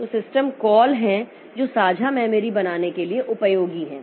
तो system call हैं जो साझा मेमोरी बनाने के लिए उपयोगी हैं